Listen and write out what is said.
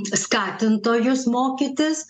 skatintojus mokytis